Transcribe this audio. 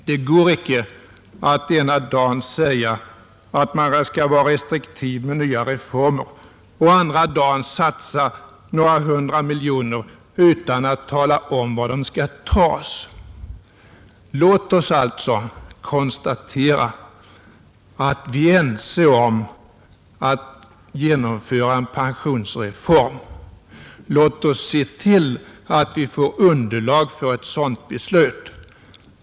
Det går inte att den ena dagen säga att man skall vara restriktiv med nya reformer och den andra dagen satsa några hundra miljoner kronor utan att tala om var de skall tas. Låt oss alltså konstatera att vi är överens om att genomföra en pensionsreform. Låt oss se till att vi får underlag för ett sådant beslut.